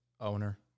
owner